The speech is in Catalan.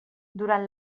durant